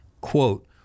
Quote